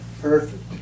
Perfect